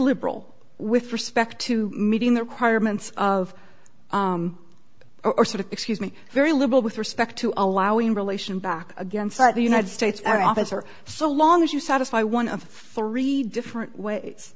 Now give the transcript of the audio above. liberal with respect to meeting the requirements of are sort of excuse me very liberal with respect to allowing relation back against the united states our officer so long as you satisfy one of three different ways